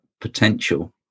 potential